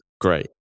great